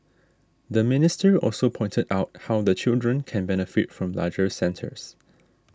the minister also pointed out how the children can benefit from larger centres